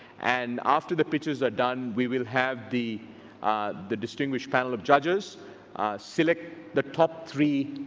and after the pitches are done we will have the the distinguished panel of judges select the top three